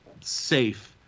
safe